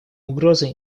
угрозы